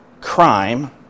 crime